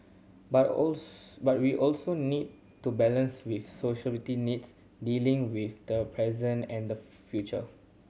but but we also need to balance with social needs dealing with the present and the future